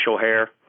hair